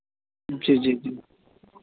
जी जी जी